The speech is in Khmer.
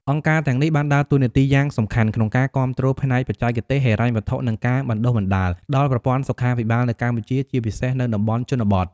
អង្គការទាំងនេះបានដើរតួនាទីយ៉ាងសំខាន់ក្នុងការ គាំទ្រផ្នែកបច្ចេកទេស ហិរញ្ញវត្ថុ និងការបណ្តុះបណ្តាល ដល់ប្រព័ន្ធសុខាភិបាលនៅកម្ពុជា ជាពិសេសនៅតំបន់ជនបទ។